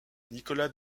nicolas